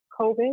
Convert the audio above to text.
COVID